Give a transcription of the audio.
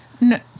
No